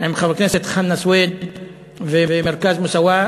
עם חבר הכנסת חנא סוייד ומרכז "מוסאוא",